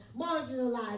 marginalized